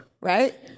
Right